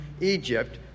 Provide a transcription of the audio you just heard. Egypt